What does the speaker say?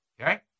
Okay